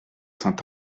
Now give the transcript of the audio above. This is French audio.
saint